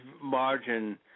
margin